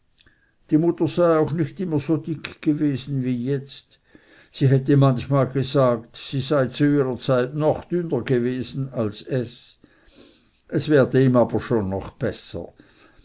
die mutter sei auch nicht immer so dick gewesen wie jetzt sie hatte manchmal gesagt sie sei zu ihrer zeit noch dünner gewesen als es es werde ihm auch schon bessern